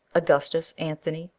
augustus, anthony,